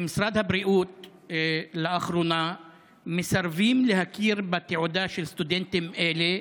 במשרד הבריאות לאחרונה מסרבים להכיר בתעודה של סטודנטים אלה,